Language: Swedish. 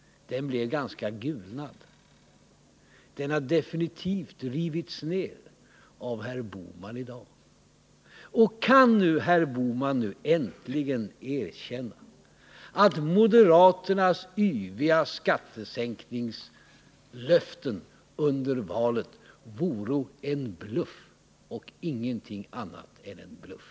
Den blev ganska gulnad. Den har definitivt rivits ner av herr Bohman i dag. Kan herr Bohman nu äntligen erkänna att moderaternas yviga skattesänkningslöften under valrörelsen var en bluff och ingenting annat än en bluff?